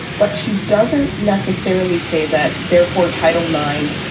but she doesn't necessarily say that therefore, title nine,